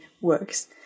works